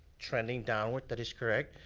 trending downward. that is correct.